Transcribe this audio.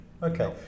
Okay